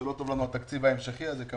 שלא טוב לנו התקציב ההמשכי הזה.